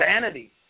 sanity